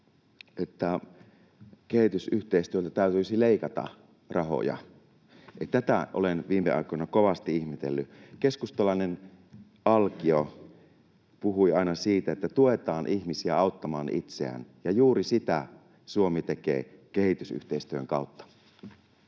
että kehitysyhteistyöltä täytyisi leikata rahoja. Tätä olen viime aikoina kovasti ihmetellyt. Keskustalainen Alkio puhui aina siitä, että tuetaan ihmisiä auttamaan itseään, ja juuri sitä Suomi tekee kehitysyhteistyön kautta.